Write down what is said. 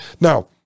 Now